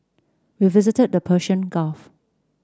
we visited the Persian Gulf